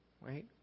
right